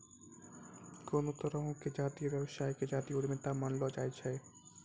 कोनो तरहो के जातीय व्यवसाय के जातीय उद्यमिता मानलो जाय छै